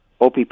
OPP